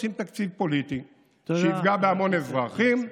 עושים תקציב פוליטי שיפגע בהמון אזרחים,